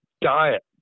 diet